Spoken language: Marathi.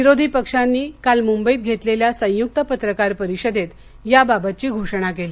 विरोधी पक्षांनी काल मुंबईत घेतलेल्या संयुक्त पत्रकार परिषदेत याबाबतची घोषणा केली